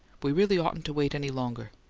we really oughtn't to wait any longer.